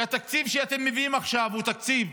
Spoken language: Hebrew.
כי התקציב שאתם מביאים עכשיו הוא תקציב